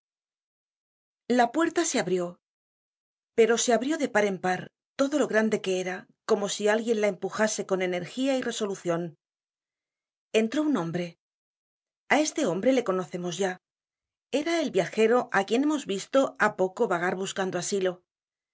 la puerta se abrió pero se abrió de par en par todo lo grande que era como si alguien la empujase con energía y resolucion entró un hombre a este hombre le conocemos ya era el viajero á quien hemos visto há poco vagar buscando asilo